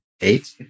Eight